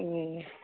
ए